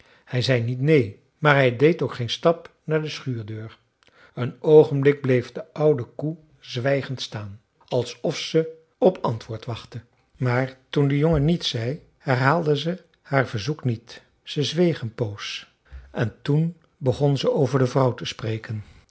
hij zei niet neen maar hij deed ook geen stap naar de schuurdeur een oogenblik bleef de oude koe zwijgend staan alsof ze op antwoord wachtte maar toen de jongen niets zei herhaalde ze haar verzoek niet ze zweeg een poos en toen begon ze over de vrouw te spreken